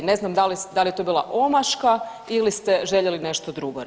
Ne znam da li je to bila omaška ili ste željeli nešto drugo reći.